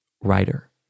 writer